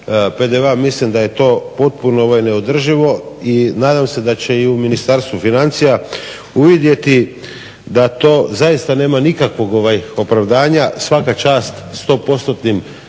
PDV. Mislim da je to potpuno neodrživo i nadam se da će i u Ministarstvo financija uvidjeti da to zaista nema nikakvog opravdanja, svaka čast